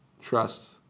Trust